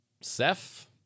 Seth